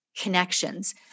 connections